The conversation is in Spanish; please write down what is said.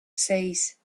seis